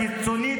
הקיצונית,